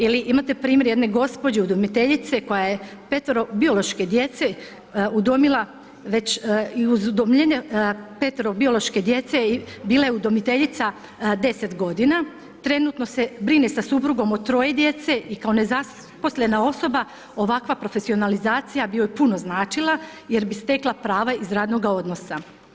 Ili imate primjer jedne gospođe udomiteljice koja je petero biološke djece udomila već, i uz petero biološke djece bila je udomiteljica deset godina, trenutno se brine sa suprugom o troje djece i kao nezaposlena osoba ovakva profesionalizacija bi joj puno značila jer bi stekla prava iz radnoga odnosa.